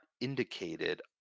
indicated